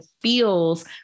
feels